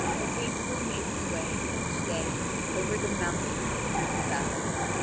but hastily made his way each day over the mountains and through the valleys,